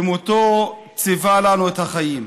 במותו ציווה לנו את החיים.